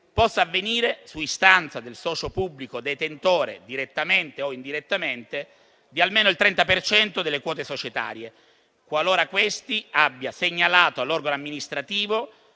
possa avvenire su istanza del socio pubblico detentore, direttamente o indirettamente, di almeno il 30 per cento delle quote societarie, qualora questi abbia segnalato all'organo amministrativo